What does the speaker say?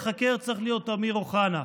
צריך להיות אמיר אוחנה,